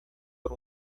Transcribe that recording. por